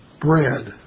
bread